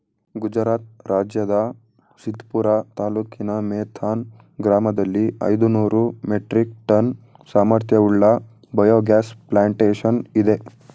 ಗುಜರಾತ್ ರಾಜ್ಯದ ಸಿದ್ಪುರ ತಾಲೂಕಿನ ಮೇಥಾನ್ ಗ್ರಾಮದಲ್ಲಿ ಐದುನೂರು ಮೆಟ್ರಿಕ್ ಟನ್ ಸಾಮರ್ಥ್ಯವುಳ್ಳ ಬಯೋಗ್ಯಾಸ್ ಪ್ಲಾಂಟೇಶನ್ ಇದೆ